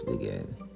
again